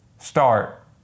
Start